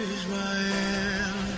Israel